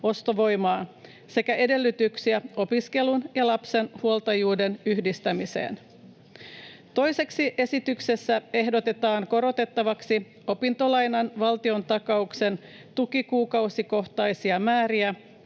ostovoimaa sekä edellytyksiä opiskelun ja lapsen huoltajuuden yhdistämiseen. Toiseksi esityksessä ehdotetaan korotettavaksi opintolainan valtiontakauksen tukikuukausikohtaisia määriä